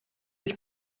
ich